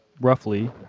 roughly